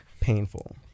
painful